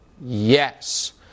Yes